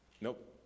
Nope